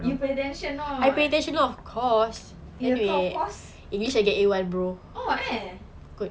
you pay attention or not of course oh eh